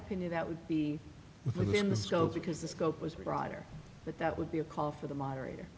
opinion that would be within the scope because the scope was broader but that would be a call for the moderator